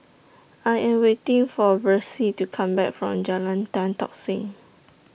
I Am waiting For Versie to Come Back from Jalan Tan Tock Seng